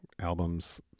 albums